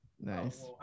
Nice